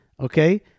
Okay